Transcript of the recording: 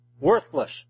worthless